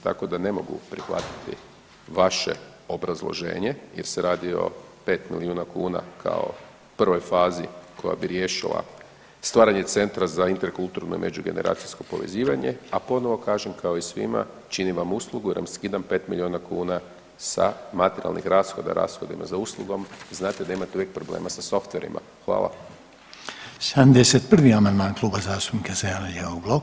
Tako da ne mogu prihvatiti vaše obrazloženje jer se radi o 5 miliona kuna kao prvoj fazi koja bi riješila stvaranje centra za interkulturne i međugeneracijsko povezivanje, a ponovo kažem kao i svima činim vam uslugu jer vam skidam 5 miliona kuna sa materijalnih rashoda, rashodima za uslugom znate da imate uvijek problema sa softverima.